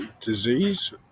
disease